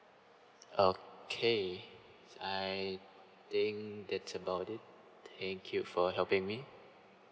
okay I think that's about it thank you for helping me